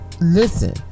listen